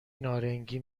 نارنگی